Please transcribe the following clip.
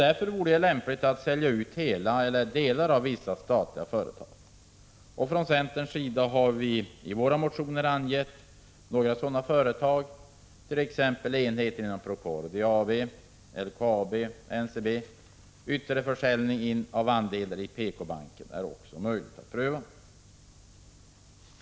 Därför vore det lämpligt att sälja ut hela eller delar av vissa statliga företag: enheter inom Procordia AB, LKAB och NCB. Ytterligare försäljning av andelar i PK-banken är också möjlig att pröva.